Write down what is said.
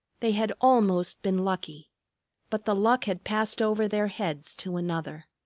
they had almost been lucky but the luck had passed over their heads to another.